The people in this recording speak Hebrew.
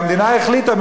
והמדינה החליטה,